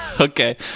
Okay